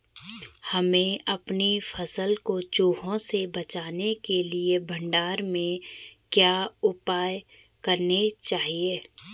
हमें अपनी फसल को चूहों से बचाने के लिए भंडारण में क्या उपाय करने चाहिए?